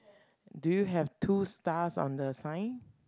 do you have two stars on the sign